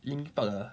linkin park ah